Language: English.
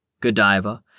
Godiva